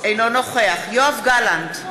אינו נוכח יואב גלנט,